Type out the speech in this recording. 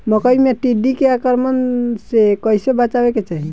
मकई मे टिड्डी के आक्रमण से कइसे बचावे के चाही?